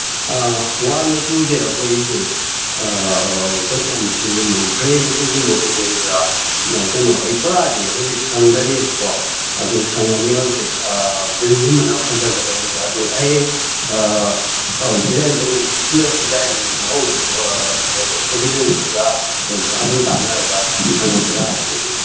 ꯑꯥ ꯋꯥꯜ ꯃꯆꯨꯁꯦ ꯑꯩꯈꯣꯏꯁꯦ ꯀꯩꯅꯣ ꯃꯆꯨꯒꯨꯝꯕ ꯒ꯭ꯔꯦ ꯃꯆꯨꯒꯨꯝꯕ ꯑꯣꯏꯗꯣꯏꯔꯤꯕ꯭ꯔꯥ ꯀꯩꯅꯣ ꯑꯩ ꯄꯨꯔꯥꯗꯤ ꯍꯧꯖꯤꯛ ꯁꯪꯗꯔꯤꯕꯀꯣ ꯑꯗꯨ ꯁꯪꯉꯗꯤ ꯍꯧꯖꯤꯛ ꯒ꯭ꯔꯤꯟꯒꯨꯝꯕꯅ ꯐꯖꯒꯗꯧꯔꯤꯕ꯭ꯔꯥ ꯑꯗꯨ ꯍꯌꯦꯡ ꯑꯧ ꯗꯤꯖꯥꯏꯟ ꯇꯧꯅꯕꯨ ꯏꯅꯔ ꯗꯤꯖꯥꯏꯟ ꯒꯣꯕꯤꯂꯦꯟ ꯍꯣꯏꯒ ꯑꯗꯨꯝ ꯇꯥꯅꯔꯒ ꯁꯪꯉꯁꯤꯔꯥ ꯍꯥꯏꯕꯒꯤ